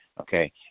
okay